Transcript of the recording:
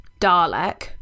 Dalek